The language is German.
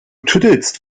tüdelst